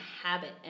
habit